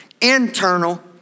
internal